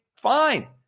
fine